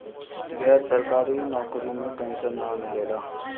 गैर सरकारी नउकरी में पेंशन ना मिलेला